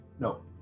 No